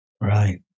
Right